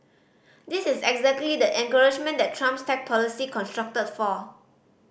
this is exactly the encouragement that Trump's tax policy constructed for